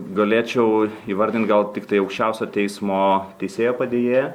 galėčiau įvardint gal tiktai aukščiausiojo teismo teisėjo padėjėją